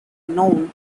known